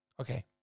Okay